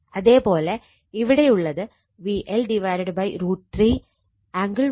അതേ പോലെ ഇവിടെയുള്ളത് VL √ 3 ആംഗിൾ 30 ZY